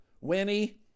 Winnie